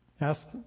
Ask